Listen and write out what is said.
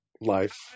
life